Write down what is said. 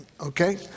Okay